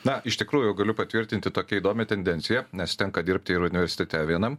na iš tikrųjų galiu patvirtinti tokią įdomią tendenciją nes tenka dirbti ir universitete vienam